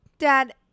Dad